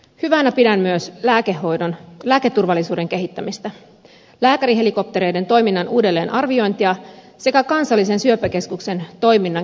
hyvänä pidän myös lääketurvallisuuden kehittämistä lääkärihelikoptereiden toiminnan uudelleenarviointia sekä kansallisen syöpäkeskuksen toiminnan käynnistämistä